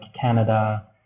Canada